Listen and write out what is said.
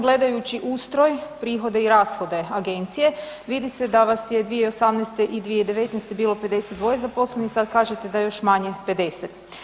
Gledajući ustroj, prihode i rashode Agencije, vidi se da vas je 2018. i 2019. bilo 52 zaposlenih, sada kažete da još manje, 50.